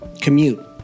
commute